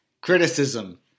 Criticism